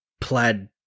plaid